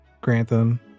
Grantham